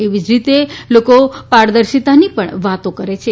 એવી જ રીતે લોકો પારદર્શિતાની પણ વાતો કરે છે